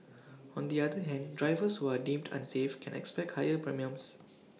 on the other hand drivers who are deemed unsafe can expect higher premiums